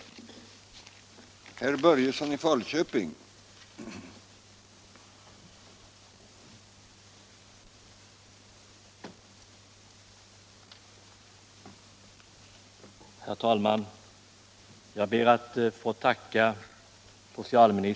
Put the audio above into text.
för att bistå föräldrar till utvecklingsstörda barn 10